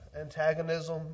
antagonism